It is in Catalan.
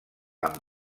amb